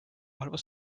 halvas